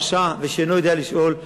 רשע ושאינו יודע לשאול,